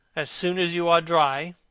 as soon as you are dry,